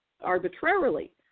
arbitrarily